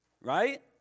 Right